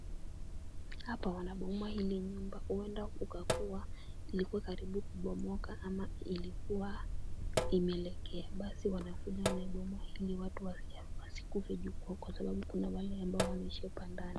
Hapa wanabomoa hili nyumba huenda ilikuwa karibu kubomoka ama ilikuwa imelegea. Basi wanakuja wanaibomoa ili watu wasikufe kwa sababu kuna wale ambao wanaishi hapa ndani.